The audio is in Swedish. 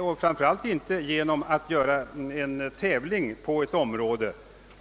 och framför allt gör man inte detta genom att man utlyser en arkitekttävling som omfattar ett visst område.